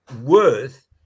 Worth